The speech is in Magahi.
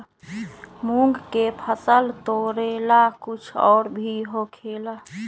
मूंग के फसल तोरेला कुछ और भी होखेला?